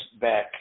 back